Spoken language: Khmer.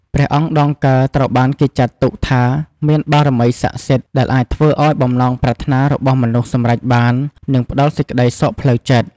ព្រះអង្គដងកើ ត្រូវបានគេចាត់ទុកថាមានបារមីស័ក្តិសិទ្ធិ ដែលអាចធ្វើឲ្យបំណងប្រាថ្នារបស់មនុស្សសម្រេចបាន និងផ្ដល់សេចក្ដីសុខផ្លូវចិត្ត។